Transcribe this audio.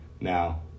now